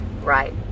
Right